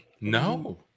no